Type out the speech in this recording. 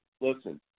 Listen